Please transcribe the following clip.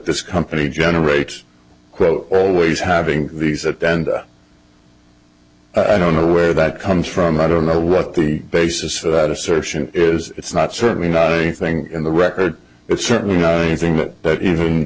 this company generates quote always having these at the end i don't know where that comes from i don't know what the basis for that assertion is it's not certainly not anything in the record but certainly a thing